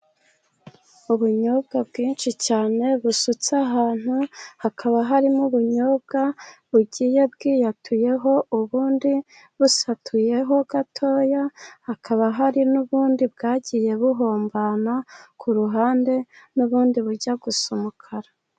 Ubunyobwa bwinshi cyane busutse ahantu, hakaba harimo ubunyobwa bugiye bwiyatuyeho, ubundi busatuyeho gatoya, hakaba hari n'ubundi bwagiye buhombana ku ruhande, n'ubundi bujya gusa umukara.